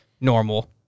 Normal